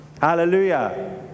Hallelujah